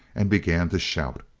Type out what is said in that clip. and began to shout.